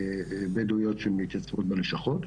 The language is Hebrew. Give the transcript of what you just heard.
בדואיות שמתייצבות בלשכות.